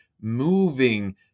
moving